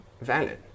valid